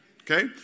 Okay